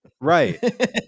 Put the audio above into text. Right